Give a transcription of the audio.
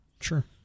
Sure